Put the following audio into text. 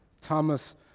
Thomas